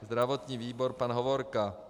Zdravotní výbor pan Hovorka.